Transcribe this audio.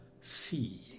see